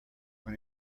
when